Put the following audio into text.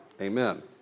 Amen